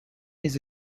his